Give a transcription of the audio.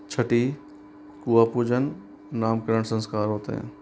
छठी कुआं पूजन नामकरण संस्कार होते हैं